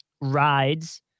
rides